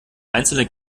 einzelne